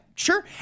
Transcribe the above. Sure